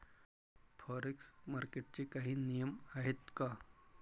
Forex मार्केटचे काही नियम आहेत का?